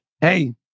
hey